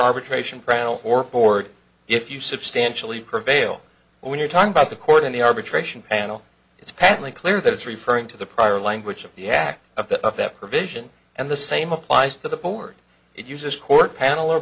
arbitration panel or board if you substantially prevail when you talk about the court in the arbitration panel it's patently clear that it's referring to the prior language of the act of the of that provision and the same applies to the board it uses court panel or